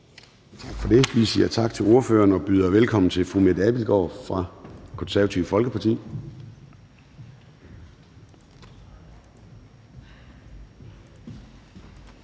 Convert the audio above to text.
Tak for det. Vi siger tak til ordføreren og byder velkommen til fru Mette Abildgaard fra Det Konservative Folkeparti.